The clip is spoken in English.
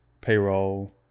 payroll